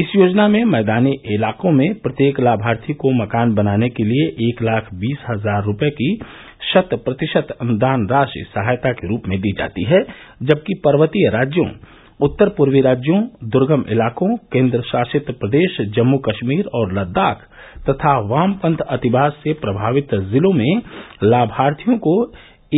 इस योजना में मैदानी इलाकों में प्रत्येक लाभार्थी को मकान बनाने के लिए एक लाख बीस हजार रुपए की शत प्रतिशत अनुदान राशि सहायता के रूप में दी जाती है जबकि पर्वतीय राज्यों उत्तर पूर्वी राज्यों दुर्गम इलाकों केन्द्र शासित प्रदेश जम्मू कश्मीर और लद्दाख तथा वामपंथी अतिवाद से प्रभावित जिलों में लाभार्थियों को